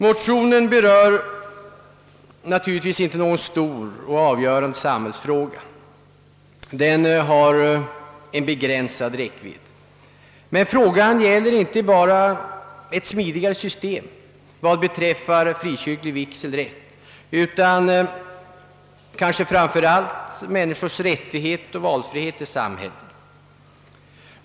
Motionen berör naturligtvis inte någon stor och avgörande samhällsfråga utan har begränsad räckvidd, men spörsmålet gäller inte bara ett smidigare system beträffande frikyrklig vigselrätt utan kanske framför allt människors rättigheter och valfrihet i samhället.